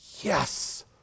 yes